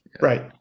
Right